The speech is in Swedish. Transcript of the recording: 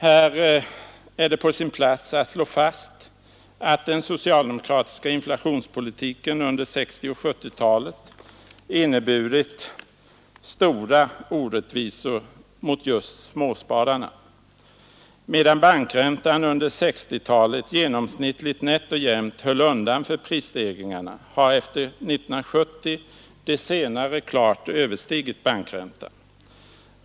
Här är det på sin plats att slå fast att den socialdemokratiska inflationspolitiken under 1960 och 1970-talen inneburit stora orättvisor mot just småspararna. Medan bankräntan under 1960-talet genomsnittligt nätt och jämnt höll undan för prisstegringarna har efter 1970 de senare klart överstigit bankräntan.